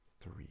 three